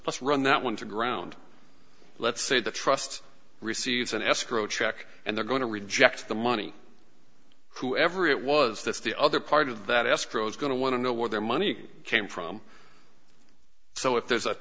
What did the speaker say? let's run that one to ground let's say the trust receives an escrow check and they're going to reject the money whoever it was that's the other part of that escrow is going to want to know where their money came from so if there's